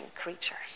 creatures